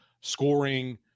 scoring